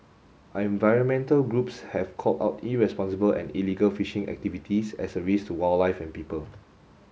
environmental groups have called out irresponsible and illegal fishing activities as a risk to wildlife and people